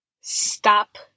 stop